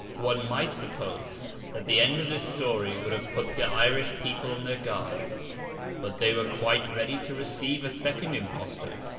one might suppose that the end of this story would have put the irish people on their guard but they were quite ready to receive a second impostor,